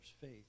faith